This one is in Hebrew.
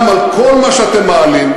גם על כל מה שאתם מעלים,